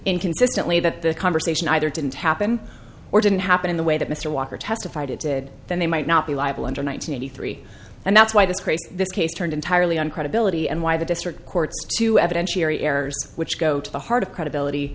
inconsistently that the conversation either didn't happen or didn't happen in the way that mr walker testified it did then they might not be liable under nine hundred three and that's why this case this case turned entirely on credibility and why the district court to evidentiary errors which go to the heart of credibility